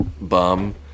bum